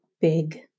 big